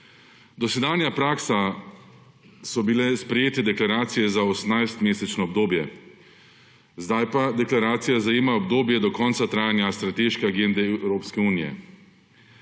Dosedanja praksa so bile sprejete deklaracije za 18-mesečno obdobje, zdaj pa deklaracija zajema obdobje do konca trajanja strateške agende Evropske unije.